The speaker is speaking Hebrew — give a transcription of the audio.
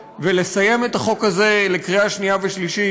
ולסיים את הכנת החוק הזה לקריאה שנייה ושלישית,